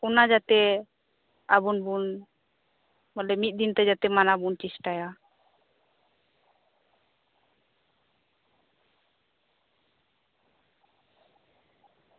ᱚᱱᱟ ᱡᱟᱛᱮ ᱟᱵᱚᱱᱵᱚᱱ ᱢᱟᱱᱮ ᱢᱤᱫ ᱫᱤᱱ ᱛᱮ ᱢᱟᱱᱟᱣ ᱵᱚᱱ ᱪᱮᱥᱴᱟᱭᱟ